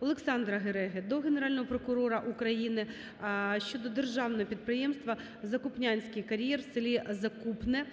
Олександра Гереги до Генерального прокурора України щодо Державного підприємства "Закупнянський кар'єр" в селі Закупне